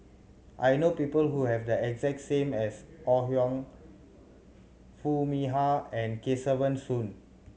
I know people who have the exact same as Ore Huiying Foo Mee Har and Kesavan Soon